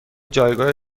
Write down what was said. جایگاه